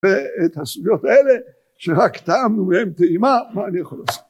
ואת הסביבות האלה, שרק טעמנו מהן טעימה, מה אני יכול לעשות.